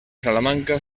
salamanca